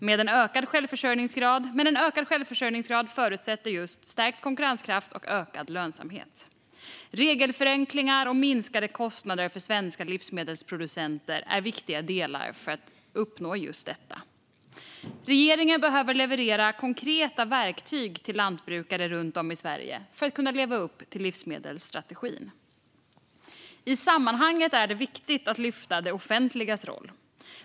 Men en ökad självförsörjningsgrad förutsätter just stärkt konkurrenskraft och ökad lönsamhet. Regelförenklingar och minskade kostnader för svenska livsmedelsproducenter är viktiga delar för att uppnå detta. Regeringen behöver leverera konkreta verktyg till lantbrukare runt om i Sverige för att kunna leva upp till livsmedelsstrategin. I sammanhanget är det viktigt att lyfta fram det offentligas roll.